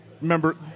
remember